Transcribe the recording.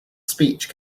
speech